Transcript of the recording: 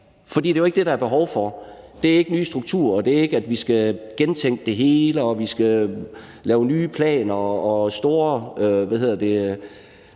det er jo ikke det, der er behov for. Der er ikke behov for nye strukturer, og at vi skal gentænke det hele, og at vi skal lave nye planer og store